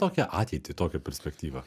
tokią ateitį tokią perspektyvą